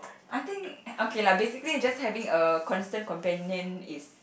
I think okay lah basically just having a constant companion is